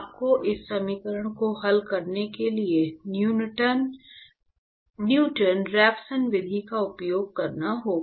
आपको इस समीकरण को हल करने के लिए न्यूटन रैफसन विधि का उपयोग करना होगा